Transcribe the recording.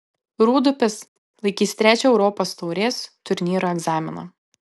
rūdupis laikys trečią europos taurės turnyro egzaminą